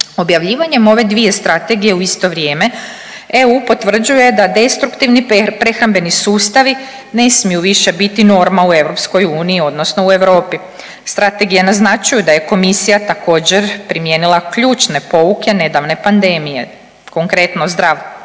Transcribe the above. Objavljivanjem ove dvije strategije u isto vrijeme EU potvrđuje da destruktivni prehrambeni sustavi ne smiju više biti norma u EU, odnosno u Europi. Strategija naznačuje da je Komisija također primijenila ključne pouke nedavne pandemije. Konkretno zdrav planet